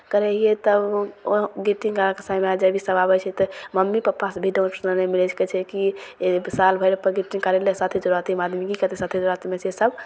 करै हिए तब ओ ग्रीटिन्ग्स आओरके समय जब भी सब आबै छै तऽ मम्मी पप्पासे भी डाँट सुनै नहि मिलै छै कहै छै कि सालभरिपर ग्रीटिन्ग्स काडै अएले साथी सोराथीमे आदमी कि करतै साथी सोराथीमे छै सभ